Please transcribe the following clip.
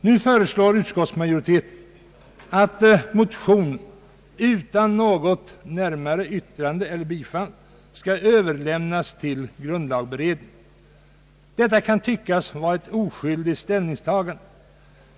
Nu föreslår utskottsmajoriteten att motionen utan något närmare yttrande eller bifall skall överlämnas till grundlagberedningen. Detta kan tyckas vara ett oskyldigt ställningstagande.